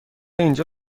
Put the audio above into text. اینجا